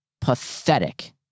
Pathetic